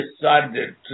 decided